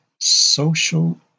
social